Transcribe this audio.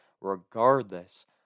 regardless